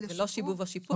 ולא "שיבוב או שיפוי".